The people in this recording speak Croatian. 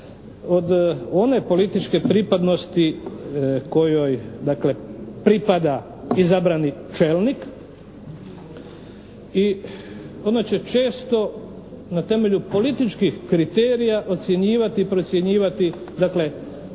one političke pripadnosti kojoj dakle pripada izabrani čelnik i ona će često na temelju političkih kriterija ocjenjivati i procjenjivati